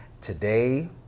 Today